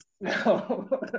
No